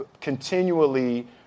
continually